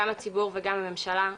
גם הציבור וגם הממשלה.